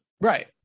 Right